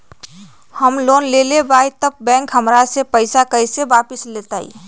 हम लोन लेलेबाई तब बैंक हमरा से पैसा कइसे वापिस लेतई?